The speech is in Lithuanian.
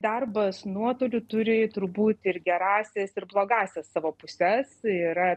darbas nuotoliu turi turbūt ir gerąsias ir blogąsias savo puses tai yra